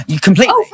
Completely